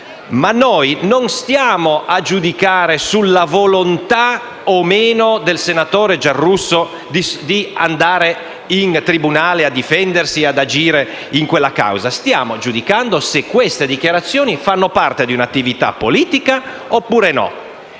Ma noi non stiamo a giudicare sulla volontà del senatore Giarrusso di andare in tribunale a difendersi e ad agire in quella causa; stiamo giudicando se quelle dichiarazioni facciano parte di una attività politica oppure no.